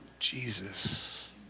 Jesus